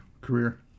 career